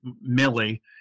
Millie